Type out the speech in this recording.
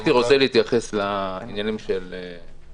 ברשותך, הייתי רוצה להתייחס לעניינים של עודד.